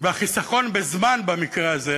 והחיסכון בזמן, במקרה הזה,